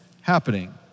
happening